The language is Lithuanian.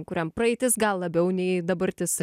kuriam praeitis gal labiau nei dabartis